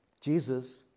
Jesus